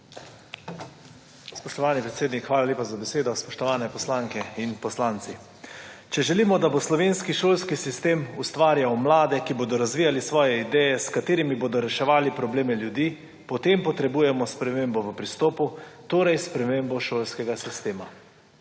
Spoštovani predsednik, hvala lepa za besedo. Spoštovane poslanke in poslanci! Če želimo, da bo slovenski šolski sistem ustvarjal mlade, ki bodo razvijali svoje ideje, s katerimi bomo reševali probleme ljudi, potem potrebujemo spremembo v pristopu torej spremembo šolskega sistema.